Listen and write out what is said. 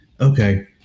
Okay